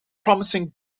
promising